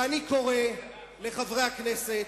אני קורא לחברי הכנסת,